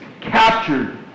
captured